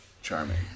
charming